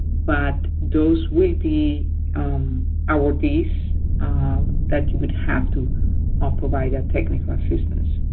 but those would be awardees that you would have to ah provide technical assistance,